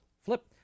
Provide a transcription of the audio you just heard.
Flip